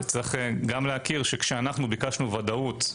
כשאנחנו ביקשנו ודאות,